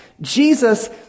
Jesus